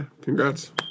congrats